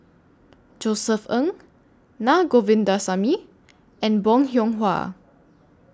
Josef Ng Naa Govindasamy and Bong Hiong Hwa